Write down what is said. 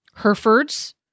Herefords